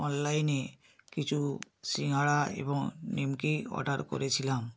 অনলাইনে কিছু সিঙারা এবং নিমকি অর্ডার করেছিলাম